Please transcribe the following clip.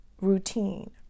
routine